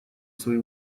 свои